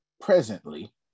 presently